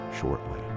shortly